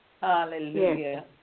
Hallelujah